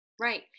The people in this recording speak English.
Right